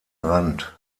rand